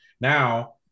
Now